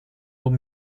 eau